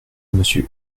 monsieur